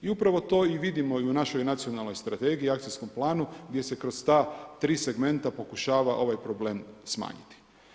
Upravo to i vidimo u našoj nacionalnoj strategiji, akcijskom planu, gdje se kroz ta 3 segmenta pokušava ovaj problem smanjiti.